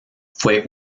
fue